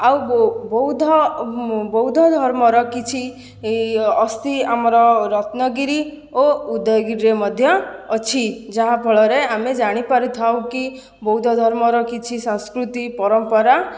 ଆଉ ବୌଦ୍ଧ ଧର୍ମର କିଛି ଅସ୍ଥି ଆମର ରତ୍ନଗିରି ଓ ଉଦୟଗିରିରେ ମଧ୍ୟ ଅଛି ଯାହାଫଳରେ ଆମେ ଜାଣିପାରିଥାଉ କି ବୌଦ୍ଧ ଧର୍ମର କିଛି ସଂସ୍କୃତି ପରମ୍ପରା